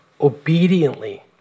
obediently